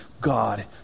god